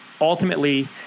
ultimately